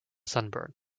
sunburn